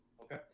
Okay